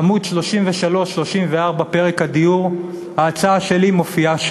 עמוד 33 34, פרק הדיור, ההצעה שלי מופיעה.